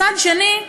מצד שני,